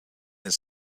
his